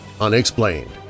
unexplained